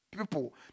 People